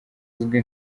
uzwi